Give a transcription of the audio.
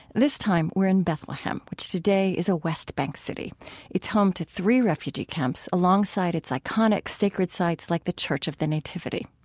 this time, we're in bethlehem, which today is a west bank city it's home to three refugee camps alongside its iconic sacred sites like the church of the nativity.